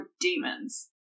demons